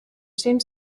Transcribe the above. seems